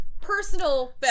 personal